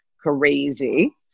crazy